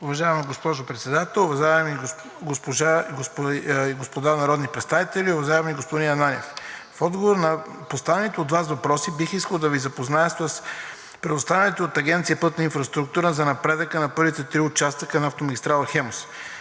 Уважаема госпожо Председател, уважаеми господа народни представители! Уважаеми господин Ананиев, в отговор на поставените от Вас въпроси бих искал да Ви запозная с предоставените от Агенция „Пътна инфраструктура“ данни за напредъка на първите три участъка на автомагистрала „Хемус“.